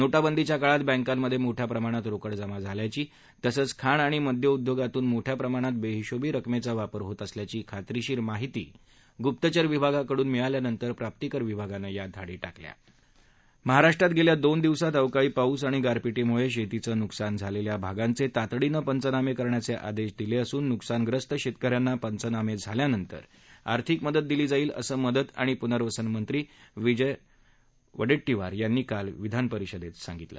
नोटाबंदीच्या काळात बँकांमध्ये मोठ्या प्रमाणात रोकड जमा झाल्याची तसंच खाण आणि मद्य उद्योगातून मोठ्या प्रमाणात बेहिशेबी रकमेचा वापर होत असल्याची खात्रीशीर माहिती गुप्तचर विभागाकडून मिळाल्यानंतर प्राप्तीकर विभागानं या धाडी टाकल्या महाराष्ट्रात गेल्या दोन दिवसात अवकाळी पाऊस आणि गारपिटीमुळे शेतीचं नुकसान झालेल्या भागांचे तातडीनं पंचनामे करण्याचे आदेश दिले असून नुकसानग्रस्त शेतकऱ्यांना पंचनामे झाल्यानंतर आर्थिक मदत दिली जाईल असं मदत आणि पुनर्वसन मंत्री विजय वडेट्टीवार यांनी काल विधानपरिषदेत सांगितलं